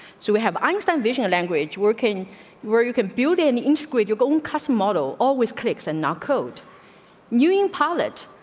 so we have langston vision language working where you can build and integrate, you're going. custom model always clicks and not code new. impale it.